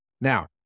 Now